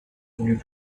voulut